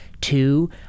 Two